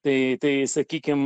tai tai sakykim